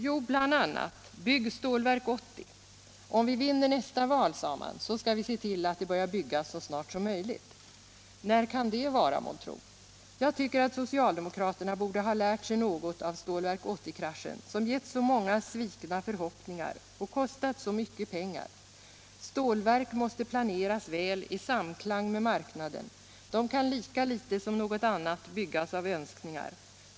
Jo, bl.a.: Bygg Stålverk 80! Om vi vinner nästa val, sade man, så skall vi se till att det börjar byggas så snart som möjligt. När kan det vara? Jag tycker att socialdemokraterna borde ha lärt sig något av Stålverk 80-kraschen, som gett så många svikna förhoppningar och kostat så mycket pengar. Stålverk måste planeras väl i samklang med marknaden. De kan lika litet som något annat byggas av önskningar.